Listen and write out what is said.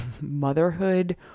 motherhood